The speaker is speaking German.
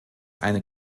eine